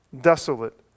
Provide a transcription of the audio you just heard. desolate